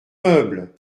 meubles